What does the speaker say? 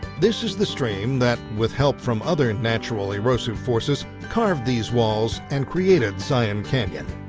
this is the stream that with help from other natural erosive forces carved these walls and created zion canyon.